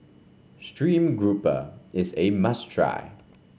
stream grouper is a must try